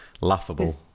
laughable